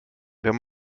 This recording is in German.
wenn